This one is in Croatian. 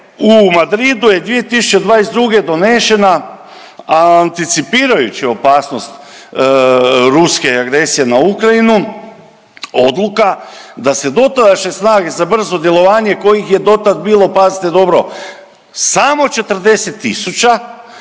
u Madridu je 2022. donešena anticipirajući opasnost ruske agresije na Ukrajinu, odluka da se dotadašnje snage za brzo djelovanje kojih je do tad bilo, pazite dobro samo 40